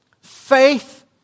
Faith